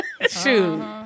Shoot